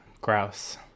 Grouse